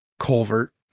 culvert